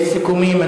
יש סיכומים.